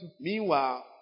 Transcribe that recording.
Meanwhile